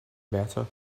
better